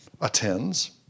attends